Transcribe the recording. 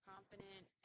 confident